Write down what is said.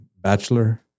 bachelor